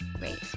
Wait